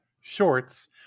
Shorts